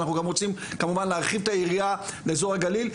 אנחנו גם רוצים כמובן להרחיב את היריעה לאזור הגליל,